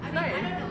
right